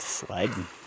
sliding